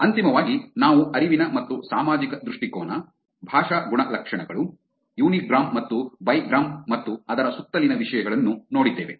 ಅಂತಿಮವಾಗಿ ನಾವು ಅರಿವಿನ ಮತ್ತು ಸಾಮಾಜಿಕ ದೃಷ್ಟಿಕೋನ ಭಾಷಾ ಗುಣಲಕ್ಷಣಗಳು ಯುನಿಗ್ರಾಮ್ ಮತ್ತು ಬೈಗ್ರಾಮ್ ಮತ್ತು ಅದರ ಸುತ್ತಲಿನ ವಿಷಯಗಳನ್ನು ನೋಡಿದ್ದೇವೆ